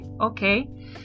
okay